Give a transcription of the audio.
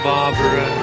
Barbara